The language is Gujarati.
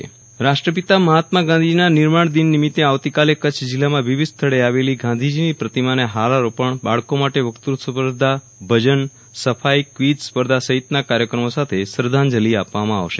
વિરલ રાણા ગાંધી નિર્વાણદિન રાષ્ટ્ર પિતા મહાત્મા ગાંધીજીના નિર્વાણદિન નિમિતે આવતી કાલે કચ્છ જીલ્લામાં વિવિધ સ્થળે આવેલી ગાંધીજીની પ્રતિમાને હારારોપણ બાળકો માટે વકૃત્વ સ્પર્ધા ભજન સફાઈ કવીઝ સ્પર્ધા સહિતના કાર્યક્રમો સાથે શ્રધ્ધાંજલિ આપવામાં આવશે